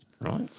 Right